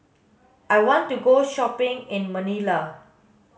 I want to go shopping in Manila